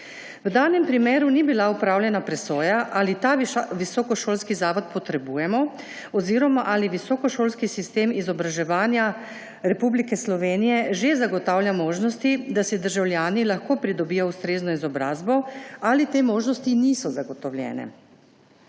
V danem primeru ni bila opravljena presoja, ali ta visokošolski zavod potrebujemo oziroma ali visokošolski sistem izobraževanja Republike Slovenije že zagotavlja možnosti, da si državljani lahko pridobijo ustrezno izobrazbo, ali te možnosti niso zagotovljene.